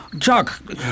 Chuck